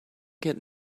get